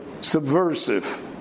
subversive